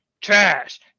trash